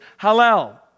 halal